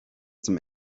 zum